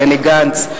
בני גנץ,